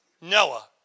Noah